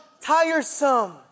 tiresome